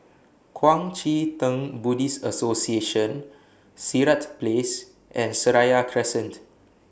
Kuang Chee Tng Buddhist Association Sirat Place and Seraya Crescent